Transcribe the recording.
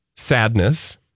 sadness